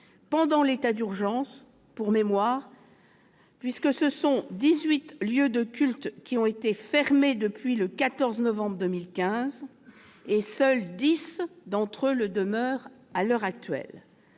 pendant l'état d'urgence, puisque ce sont dix-huit lieux de culte qui ont été fermés depuis le 14 novembre 2015, seuls dix d'entre eux le demeurant à l'heure actuelle.